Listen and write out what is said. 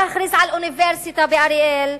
להכריז על אוניברסיטה באריאל,